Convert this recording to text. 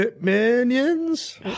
minions